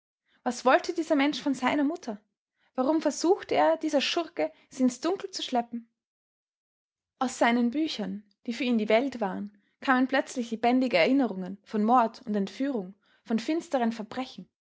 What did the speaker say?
was wollte dieser mensch von seiner mutter warum versuchte er dieser schurke sie ins dunkel zu schleppen aus seinen büchern die für ihn die welt waren kamen plötzlich lebendige erinnerungen von mord und entführung von finsteren verbrechen